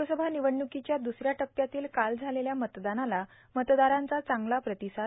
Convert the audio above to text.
लोकसभा निवडणुकीच्या दुसऱ्या टप्प्यातील काल झालेल्या मतदानाला मतदारांचा चांगला प्रतिसाद